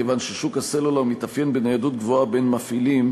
כיוון ששוק הסלולר מתאפיין בניידות גבוהה בין מפעילים,